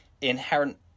inherent